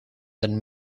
then